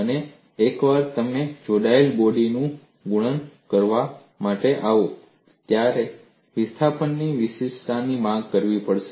અને એકવાર તમે જોડાયેલ બોડીને નું ગુણન કરવા માટે આવો તમારે વિસ્થાપનની વિશિષ્ટતાની માંગ કરવી પડશે